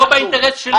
זה לא באינטרס שלי.